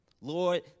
Lord